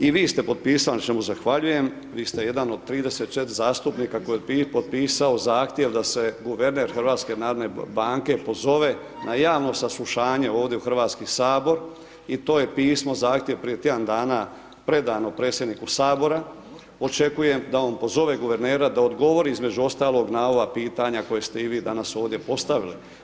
I vi ste potpisali, na čemu zahvaljujem, vi ste jedan od 34 zastupnika koji je potpisao zahtjev da se guverner HNB-a pozove na javno saslušanje ovdje u HS i to je pismo zahtjev prije tjedan dana predano predsjedniku HS, očekujem da on pozove guvernera da odgovori, između ostalog, na ova pitanja koja ste i vi danas ovdje postavili.